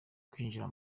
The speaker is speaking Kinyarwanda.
kwinjira